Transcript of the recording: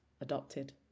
adopted